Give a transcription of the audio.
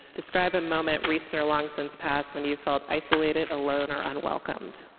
describe a moment, recent or long-since passed, when you felt isolated, alone, or unwelcomed.